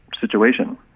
situation